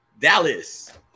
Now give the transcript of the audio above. Dallas